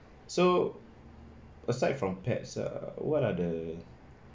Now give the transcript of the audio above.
so aside from pets err what are the